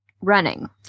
running